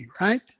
right